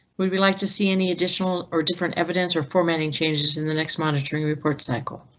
would we like to see any additional or different evidence or formatting changes in the next monitoring report cycle?